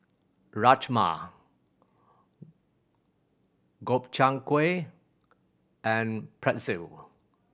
Rajma Gobchang Gui and Pretzel